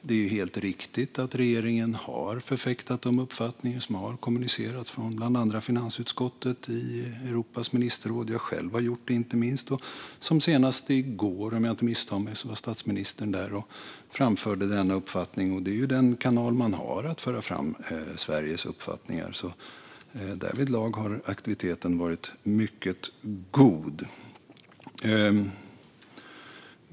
Det är helt riktigt att regeringen har förfäktat de uppfattningar som har kommunicerats från bland annat finansutskottet i Europeiska unionens ministerråd. Inte minst har jag själv gjort det. Senast i går, om jag inte misstar mig, var statsministern där och framförde denna uppfattning. Det är den kanal som finns för att föra fram Sveriges uppfattningar. Därvidlag har aktiviteten varit mycket god.